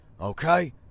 okay